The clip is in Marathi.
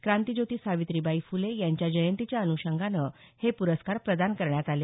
क्रांतीज्योती सावित्रीबाई फुले यांच्या जयंतीच्या अनुषंगाने हे पुरस्कार प्रदान करण्यात आले